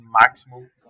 maximum